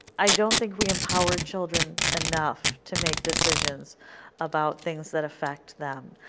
i don't think we empower children enough to make decisions about things that affect them.